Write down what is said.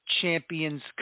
Champions